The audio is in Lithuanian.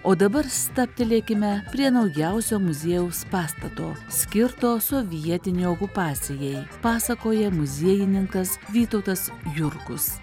o dabar stabtelėkime prie naujausio muziejaus pastato skirto sovietinei okupacijai pasakoja muziejininkas vytautas jurkus